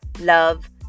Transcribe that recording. love